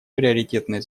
приоритетной